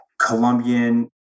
Colombian